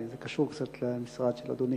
וזה קשור קצת למשרד של אדוני.